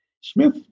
Smith